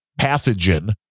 pathogen